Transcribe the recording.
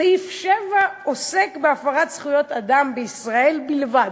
סעיף 7 עוסק בהפרת זכויות אדם בישראל בלבד,